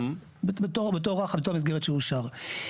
בתוך המסגרת שאושרה.